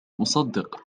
أصدق